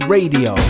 Radio